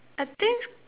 I think